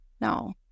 No